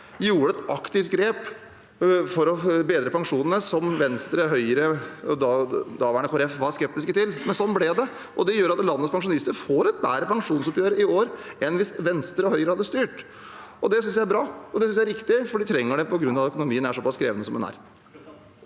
gjorde et aktivt grep for å bedre pensjonene, som Venstre, Høyre og Kristelig Folkeparti var skeptiske til, men sånn ble det. Det gjør at landets pensjonister får et bedre pensjonsoppgjør i år enn hvis Venstre og Høyre hadde styrt. Det synes jeg er bra, og det synes jeg er riktig. De trenger det fordi økonomien er såpass krevende som den er.